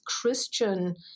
christian